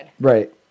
Right